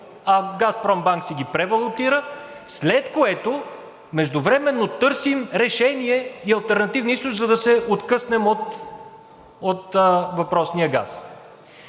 „Газпромбанк“ си ги превалутира, след което междувременно търсим решение и алтернативни източници, за да се откъснем от въпросния газ.